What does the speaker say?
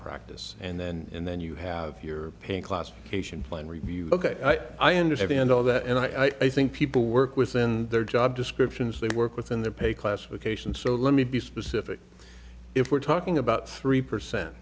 practice and then you have your pain classification plan review ok i understand all that and i think people work within their job descriptions they work within their pay classification so let me be specific if we're talking about three percent